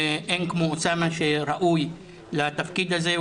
ואין כמו אוסאמה שראוי לתפקיד הזה.